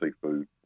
seafood